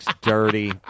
Dirty